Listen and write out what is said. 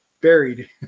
buried